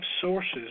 sources